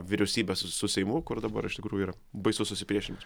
vyriausybę su su seimu kur dabar iš tikrųjų baisus susipriešinimas